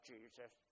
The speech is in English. Jesus